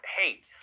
hate